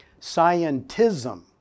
Scientism